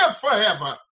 forever